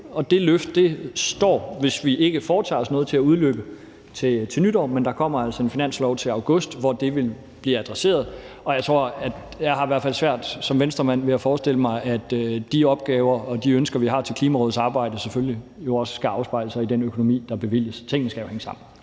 og den står, hvis vi ikke foretager os noget, til at udløbe til nytår. Men der kommer altså et finanslovsforslag til august, hvor det vil blive adresseret, og jeg har som Venstremand i hvert fald svært ved at forestille mig, at de ønsker, vi har til Klimarådets arbejde og deres opgaver, ikke vil afspejle sig i den økonomi, der bevilges. Tingene skal jo hænge sammen.